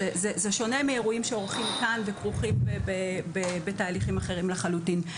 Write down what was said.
זה שונה מאירועים שעורכים כאן וכרוכים בתהליכים אחרים לחלוטין.